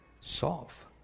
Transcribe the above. solve